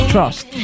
Trust